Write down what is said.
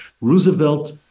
Roosevelt